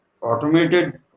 automated